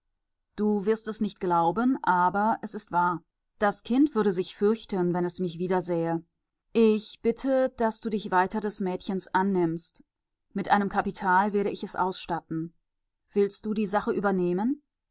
du wirst es nicht glauben aber es ist wahr das kind würde sich fürchten wenn es mich wiedersähe ich bitte daß du dich weiter des mädchens annimmst mit einem kapital werde ich es ausstatten willst du die sache übernehmen